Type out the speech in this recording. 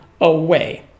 away